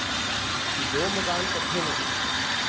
कि दो मकान कट्ठे न